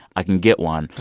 i can get one.